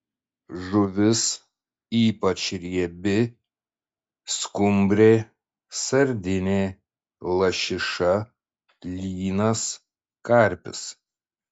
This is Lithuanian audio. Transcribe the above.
žuvis ypač riebi skumbrė sardinė lašiša lynas karpis